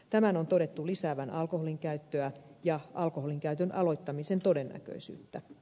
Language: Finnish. tämän on todettu lisäävän alkoholinkäyttöä ja alkoholinkäytön aloittamisen todennäköisyyttä